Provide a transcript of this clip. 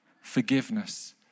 forgiveness